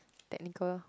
technical